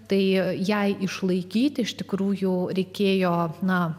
tai jai išlaikyti iš tikrųjų reikėjo na